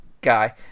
guy